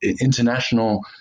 international